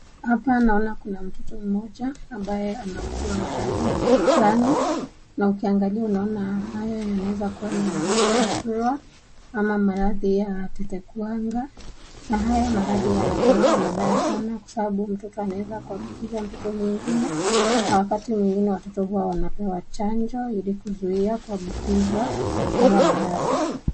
Hapa naona kuna mtoto mmoja ambaye anaugua maradhi ya ugonjwa fulani na ukiangalia unaona haya yanaweza kuwa ni maradhi ya surua ama maradhi ya tetekuanga . Na haya maradhi yanakuwanga mabaya sana kwa sababu mtoto anaweza kuambukiza mtoto mwingine na wakati mwingine watoto huwa wanapewa chanjo ili kuzuia kuambukizwa haya maradhi.